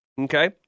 Okay